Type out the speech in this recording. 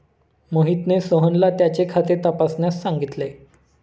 मोहितने सोहनला त्याचे खाते तपासण्यास सांगितले